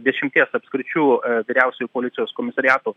dešimties apskričių vyriausiųjų policijos komisariatų